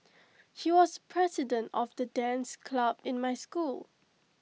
he was president of the dance club in my school